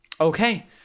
Okay